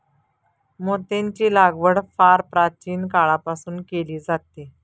मोत्यांची लागवड फार प्राचीन काळापासून केली जाते